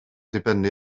dibynnu